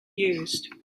used